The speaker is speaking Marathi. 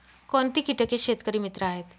कोणती किटके शेतकरी मित्र आहेत?